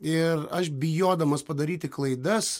ir aš bijodamas padaryti klaidas